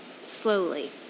slowly